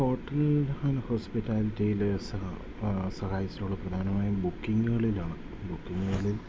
hotel and ഹോസ്പിറ്റാലിറ്റിയിൽ സഹായിച്ചിട്ടുള്ളത് പ്രധാനമായും ബുക്കിങ്ങുകളിലാണ് ബുക്കിങ്ങുകളിൽ